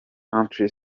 country